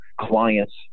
clients